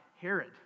Herod